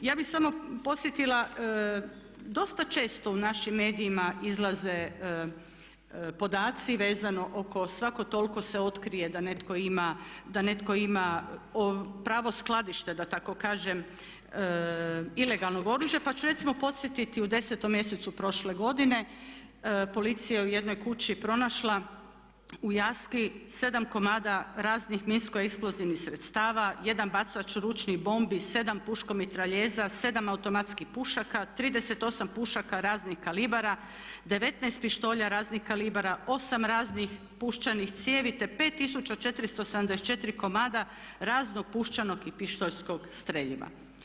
Ja bih samo podsjetila dosta često u našim medijima izlaze podaci vezano oko svako toliko se otkrije da netko ima pravo skladište da tako kažem ilegalnog oružja, pa ću recimo podsjetiti u desetom mjesecu prošle godine policija je u jednoj kući pronašla u Jaski 7 komada raznih nisko eksplozivnih sredstava, 1 bacač ručnih bombi, 7 puška mitraljeza, 7 automatskih pušaka, 38 pušaka raznih kalibara, 19 pištolja raznih kalibara, 8 raznih puščanih cijevi te 5 474 komada raznog puščanog i pištoljskog streljiva.